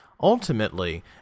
ultimately